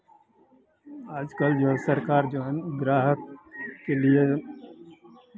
आज कल जो है सरकार जो है ग्राहक के लिए